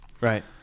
Right